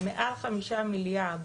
105 מיליארד